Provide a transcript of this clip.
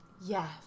Yes